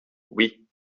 oui